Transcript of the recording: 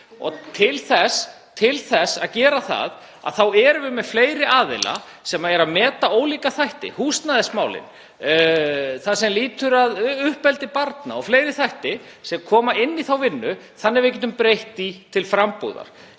til þess að geta gert það erum við með fleiri aðila sem meta ólíka þætti; húsnæðismálin, það sem lýtur að uppeldi barna og fleiri þætti sem koma inn í þá vinnu þannig að við getum breytt því til frambúðar.